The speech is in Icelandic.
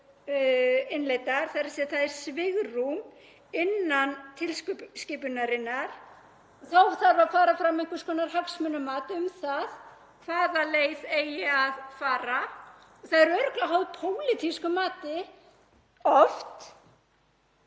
þ.e. það er svigrúm innan tilskipunarinnar. Þó þarf að fara fram einhvers konar hagsmunamat um það hvaða leið eigi að fara og það er örugglega oft háð pólitísku mati,